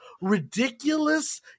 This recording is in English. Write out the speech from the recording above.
ridiculous